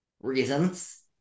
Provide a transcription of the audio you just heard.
Reasons